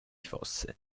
fosse